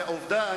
זו עובדה.